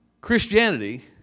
Christianity